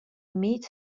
meet